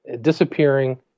disappearing